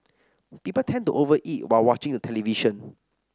people tend to over eat while watching the television